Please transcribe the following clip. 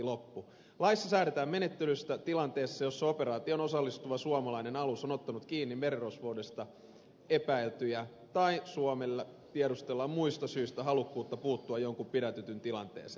laissa säädetään menettelystä tilanteessa jossa operaatioon osallistuva suomalainen alus on ottanut kiinni merirosvoudesta epäiltyjä tai suomelta tiedustellaan muista syistä halukkuutta puuttua jonkun pidätetyn tilanteeseen